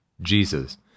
Jesus